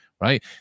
Right